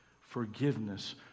forgiveness